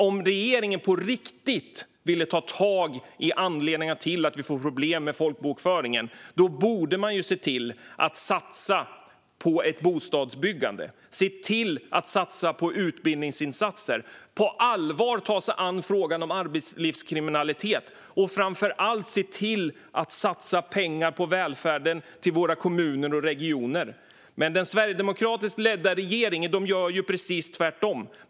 Om regeringen på riktigt ville ta tag i anledningar till att vi får problem med folkbokföringen borde man se till att satsa på bostadsbyggande och utbildningsinsatser, på allvar ta sig an frågan om arbetslivskriminalitet och framför allt se till att satsa på välfärden i våra regioner och kommuner. Men den sverigedemokratiskt ledda regeringen gör precis tvärtom.